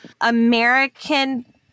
American